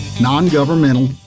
non-governmental